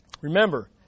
Remember